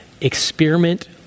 Experiment